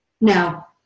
Now